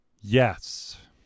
Yes